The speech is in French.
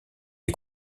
les